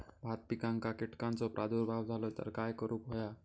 भात पिकांक कीटकांचो प्रादुर्भाव झालो तर काय करूक होया?